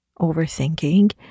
overthinking